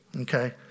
Okay